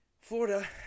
Florida